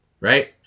right